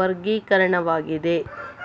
ವರ್ಗೀಕರಣವಾಗಿದೆ